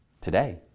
today